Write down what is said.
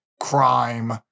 crime